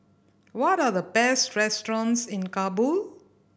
what are the best restaurants in Kabul